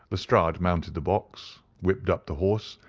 lestrade mounted the box, whipped up the horse,